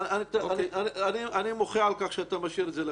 אני מוחה על כך שאתה משאיר את זה לקריאה שנייה.